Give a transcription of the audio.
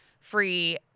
free